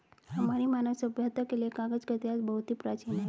हमारी मानव सभ्यता के लिए कागज का इतिहास बहुत ही प्राचीन है